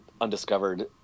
undiscovered